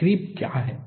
creep क्या है